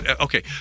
Okay